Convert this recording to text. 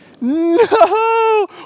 no